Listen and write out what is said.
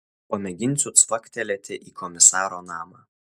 pamėginsiu cvaktelėti į komisaro namą